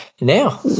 Now